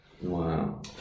wow